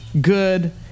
good